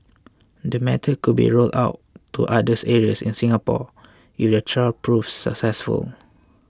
the method could be rolled out to others areas in Singapore if the trial proves successful